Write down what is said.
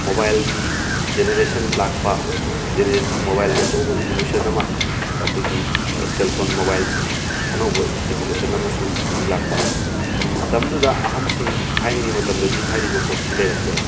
ꯃꯣꯕꯥꯏꯜꯒꯤ ꯖꯦꯅꯔꯦꯁꯟ ꯂꯥꯛꯄ ꯃꯣꯕꯥꯏꯜꯒꯤ ꯑꯆꯧꯕ ꯏꯕꯣꯂꯨꯁꯟ ꯑꯃ ꯑꯩꯈꯣꯏꯒꯤ ꯁꯦꯜꯐꯣꯜ ꯃꯣꯕꯥꯏꯜꯁꯤꯒꯤ ꯑꯅꯧꯕ ꯏꯕꯣꯂꯨꯁꯟ ꯑꯃꯁꯨ ꯍꯧꯖꯤꯛ ꯂꯥꯛꯄ ꯃꯇꯝꯗꯨꯗ ꯑꯍꯜꯁꯤꯡꯒꯤ ꯊꯥꯏꯅꯒꯤ ꯃꯇꯝꯗꯗꯤ ꯍꯥꯏꯔꯤꯕ ꯄꯣꯠꯁꯤ ꯂꯩꯔꯝꯗꯦ